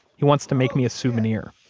he wants to make me a souvenir.